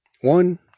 One